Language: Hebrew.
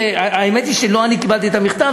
האמת היא שלא אני קיבלתי את המכתב,